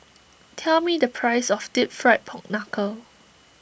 tell me the price of Deep Fried Pork Knuckle